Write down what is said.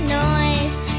noise